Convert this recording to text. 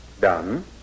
Done